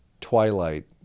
Twilight